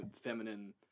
feminine